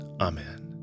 Amen